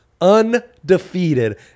undefeated